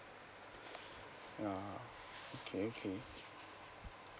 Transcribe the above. yeah okay okay